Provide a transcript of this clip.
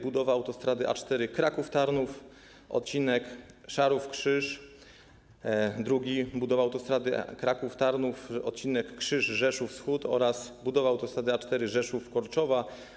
Budowa autostrady A4 Kraków - Tarnów, odcinek Szarów - Krzyż, drugie to budowa autostrady Kraków - Tarnów, odcinek Krzyż - Rzeszów Wschód, oraz budowa autostrady A4 Rzeszów - Korczowa.